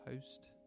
host